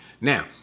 Now